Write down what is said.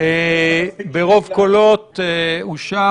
--- אין לך מספיק שנים --- ברוב קולות אושר.